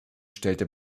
stellte